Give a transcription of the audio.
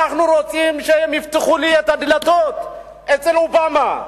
אנחנו רוצים שהם יפתחו את הדלתות אצל אובמה,